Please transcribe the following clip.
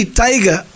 tiger